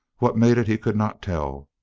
what made it he could not tell.